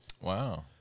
Wow